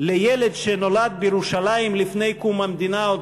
לילד שנולד בירושלים לפני קום המדינה עוד